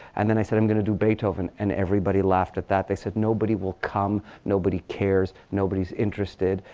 and then, i said, i'm going to do beethoven. and everybody laughed at that. they said, nobody will come. nobody cares. nobody's interested.